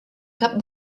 cap